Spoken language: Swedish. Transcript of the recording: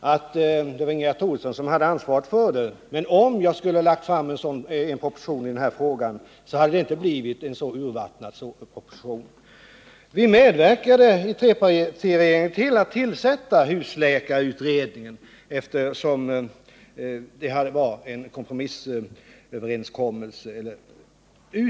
Jag sade att det var Ingegerd Troedsson som hade ansvaret för detta område, men om jag skulle ha lagt fram en proposition i den här frågan, så hade det inte blivit en så urvattnad proposition. Vi medverkade i trepartiregeringen till att tillsätta husläkarutredningen, eftersom detta var en kompromissöverenskommelse.